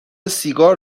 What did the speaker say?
سیگار